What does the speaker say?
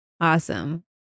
awesome